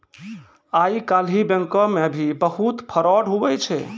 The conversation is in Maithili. आइ काल्हि बैंको मे भी बहुत फरौड हुवै छै